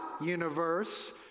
universe